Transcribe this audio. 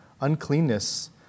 uncleanness